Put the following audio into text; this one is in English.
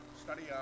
study